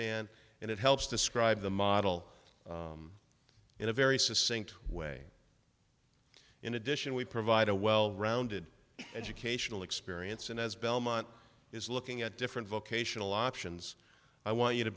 man and it helps describe the model in a very sustained way in addition we provide a well rounded educational experience and as belmont is looking at different vocational options i want you to